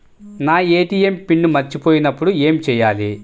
నా ATM pin మర్చిపోయినప్పుడు ఏమి చేయాలి?